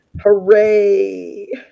Hooray